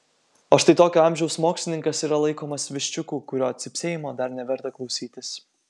o štai tokio amžiaus mokslininkas yra laikomas viščiuku kurio cypsėjimo dar neverta klausytis